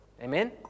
Amen